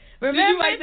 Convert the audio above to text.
Remember